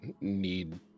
need